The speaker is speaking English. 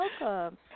Welcome